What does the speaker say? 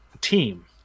team